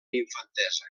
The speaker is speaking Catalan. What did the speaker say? infantesa